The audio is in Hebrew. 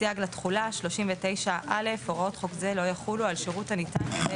"סייג לתחולה 39. הוראות חוק זה לא יחולו על שירות הניתן בידי